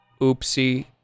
Oopsie